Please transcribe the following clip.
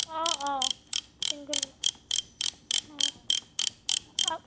অঁ অঁ ছিংগল অঁ